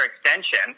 extension